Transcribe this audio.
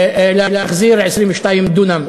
להחזיר 22 דונם.